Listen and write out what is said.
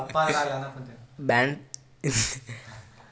bonds, stocks, preferred share ಇವು ಎಲ್ಲಾ securities ನಾಗೆ ಬರ್ತಾವ್